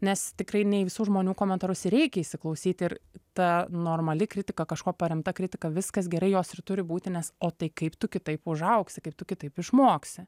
nes tikrai ne į visų žmonių komentarus reikia įsiklausyti ir ta normali kritika kažkuo paremta kritika viskas gerai jos ir turi būti nes o tai kaip tu kitaip užaugsi kaip tu kitaip išmoksi